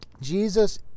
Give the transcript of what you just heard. Jesus